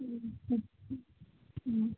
ꯎꯝ ꯎꯝ